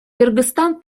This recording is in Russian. кыргызстан